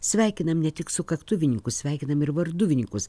sveikinam ne tik sukaktuvininkus sveikinam ir varduvininkus